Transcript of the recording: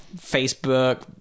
Facebook